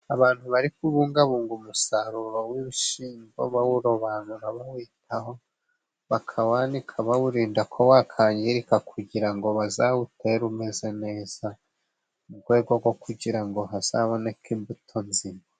Abantu bari kubungabunga umusaruro w'ibishimbo, bawurobanura bawitaho, bakawanika bawurinda ko wakwangirika kugira ngo bazawutere umeze neza, mu rwego rwo kugira ngo hazaboneke imbuto nzima.